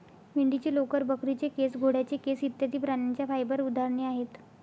मेंढीचे लोकर, बकरीचे केस, घोड्याचे केस इत्यादि प्राण्यांच्या फाइबर उदाहरणे आहेत